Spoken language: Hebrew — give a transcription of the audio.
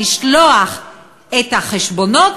לשלוח את החשבונות,